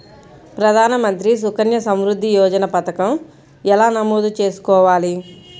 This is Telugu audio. ప్రధాన మంత్రి సుకన్య సంవృద్ధి యోజన పథకం ఎలా నమోదు చేసుకోవాలీ?